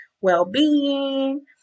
well-being